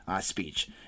speech